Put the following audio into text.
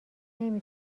نمی